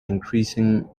increasing